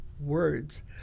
words